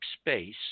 space